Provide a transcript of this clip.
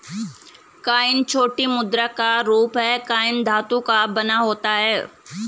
coin छोटी मुद्रा का रूप है कॉइन धातु का बना होता है